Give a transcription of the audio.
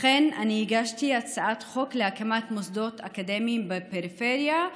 לכן הגשתי הצעת חוק להקמת מוסדות אקדמיים בפריפריה,